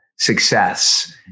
success